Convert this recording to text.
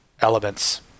elements